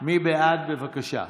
בבקשה.